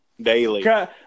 daily